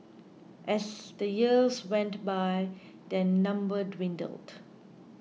as the years went by their number dwindled